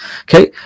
Okay